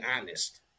honest